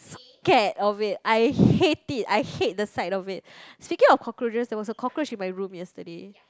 scared of it I hate it I hate the sight of it speaking of cockroaches there was a cockroach in my room yesterday